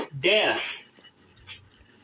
death